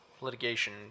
litigation